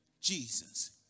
Jesus